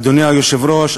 אדוני היושב-ראש,